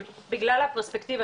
בגלל הפרספקטיבה,